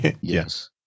Yes